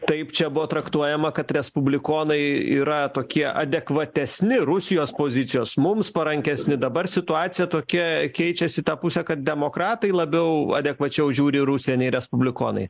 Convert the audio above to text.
taip čia buvo traktuojama kad respublikonai yra tokie adekvatesni rusijos pozicijos mums parankesni dabar situacija tokia keičiasi į tą pusę kad demokratai labiau adekvačiau žiūri į rusiją nei respublikonai